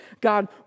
God